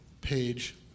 page